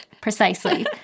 Precisely